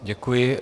Děkuji.